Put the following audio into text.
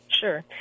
Sure